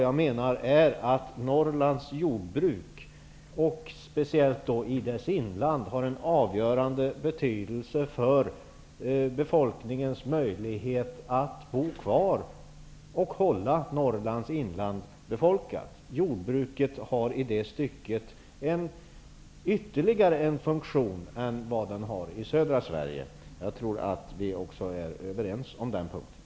Jag menar att Norrlands jordbruk, speciellt i inlandet, har en avgörande betydelse för befolkningens möjlighet att bo kvar. Jordbruket har på det sättet ytterligare en funktion i förhållande till i södra Sverige. Jag tror att vi är överens också om den punkten.